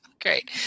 Great